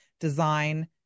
design